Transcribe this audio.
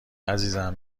عزیزم